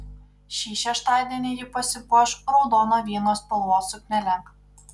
šį šeštadienį ji pasipuoš raudono vyno spalvos suknele